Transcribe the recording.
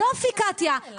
יופי קטיה,